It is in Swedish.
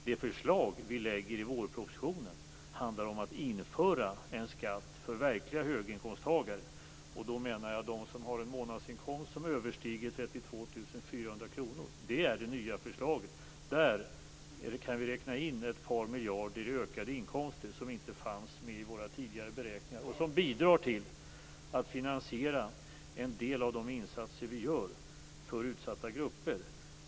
Det förslag som vi lägger fram i vårpropositionen handlar om att införa en skatt för verkliga höginkomsttagare, och därmed menar jag sådana som har en månadsinkomst som överstiger 32 400 kr. Genom detta nya förslag kan vi räkna in ett par miljarder i ökade inkomster som inte fanns med i våra tidigare beräkningar och som bidrar till att finansiera en del av de insatser vi gör för utsatta grupper.